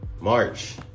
March